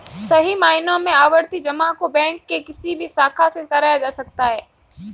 सही मायनों में आवर्ती जमा को बैंक के किसी भी शाखा से कराया जा सकता है